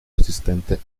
resistente